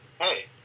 Hey